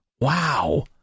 wow